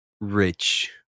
rich